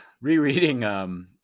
rereading